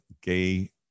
gay